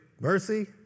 Mercy